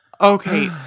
Okay